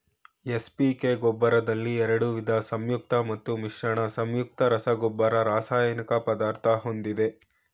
NPK ಗೊಬ್ರದಲ್ಲಿ ಎರಡ್ವಿದ ಸಂಯುಕ್ತ ಮತ್ತು ಮಿಶ್ರಣ ಸಂಯುಕ್ತ ರಸಗೊಬ್ಬರ ರಾಸಾಯನಿಕ ಪದಾರ್ಥ ಹೊಂದಿದೆ